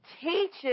teaches